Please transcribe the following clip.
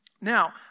Now